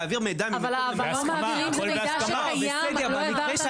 להעביר מידע ממקום למקום.